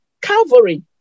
Calvary